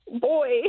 boy